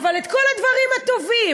אבל אתם כל הדברים הטובים,